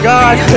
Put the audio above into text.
God